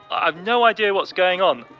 i have no idea what's going on.